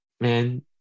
man